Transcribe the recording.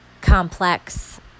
complex